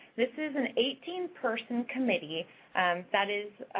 this is an eighteen person committee that is